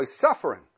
suffering